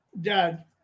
Dad